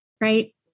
right